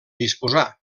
disposar